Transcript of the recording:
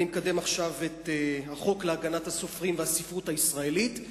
אני מקדם עכשיו את החוק להגנת הסופרים והספרות הישראלית,